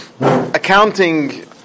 accounting